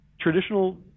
traditional